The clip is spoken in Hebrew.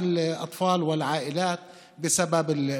מסוימת בשל סוגיית המענקים לילדים ולמשפחות בגלל קורונה.